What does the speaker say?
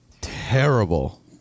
terrible